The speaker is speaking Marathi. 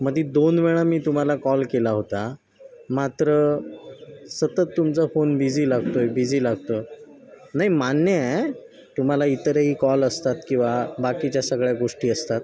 मध्ये दोन वेळा मी तुम्हाला कॉल केला होता मात्र सतत तुमचा फोन बिझी लागतो आहे बिझी लागतो आहे नाही मान्य आहे तुम्हाला इतरही कॉल असतात किंवा बाकीच्या सगळ्या गोष्टी असतात